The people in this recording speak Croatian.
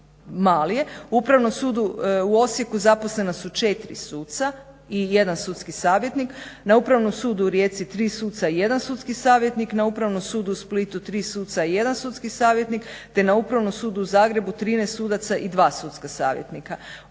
u Osijeku zaposlena su 4 suca i 1 sudski savjetnik na Upravnom sudu u Rijeci 3 suca i 1 sudski savjetnik na Upravnom sudu u Splitu 3 suca i 1 sudski savjetnik te na Upravnom sudu u Zagrebu 13 sudaca i 2 sudska savjetnika.